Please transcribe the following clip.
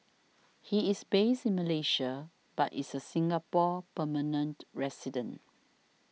he is based in Malaysia but is a Singapore permanent resident